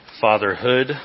fatherhood